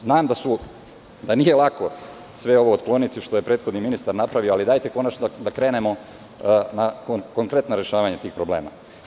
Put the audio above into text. Znam da nije lako sve ovo otkloniti što je prethodni ministar napravio, ali dajte konačno da krenemo na konkretno rešavanje tih problema.